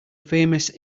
famous